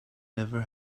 never